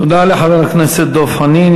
תודה לחבר הכנסת דב חנין.